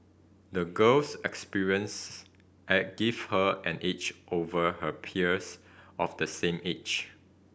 the girl's experiences have give her an edge over her peers of the same age